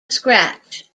scratch